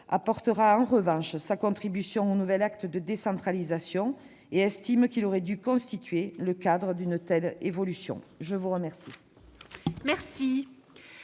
apportera en revanche sa contribution au nouvel acte de décentralisation et estime que celui-ci aurait dû constituer le cadre d'une telle évolution. Mes chers